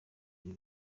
ibi